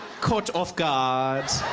caught off guard.